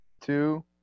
two